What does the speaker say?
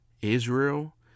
Israel